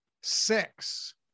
Six